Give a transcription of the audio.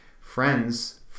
friends